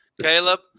Caleb